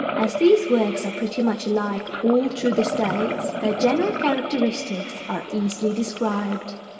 as these works are pretty much alike all through the states, their general characteristics are easily described.